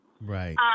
right